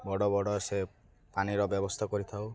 ବଡ଼ ବଡ଼ ସେ ପାଣିର ବ୍ୟବସ୍ଥା କରିଥାଉ